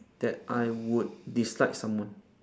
that I would dislike someone